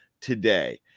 today